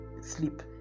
sleep